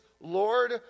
Lord